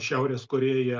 šiaurės korėja